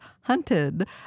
hunted